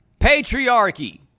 patriarchy